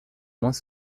moins